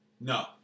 no